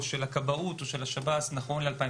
או של הכבאות או של השב"ס נכון ל-2019,